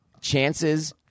chances